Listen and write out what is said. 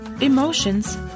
emotions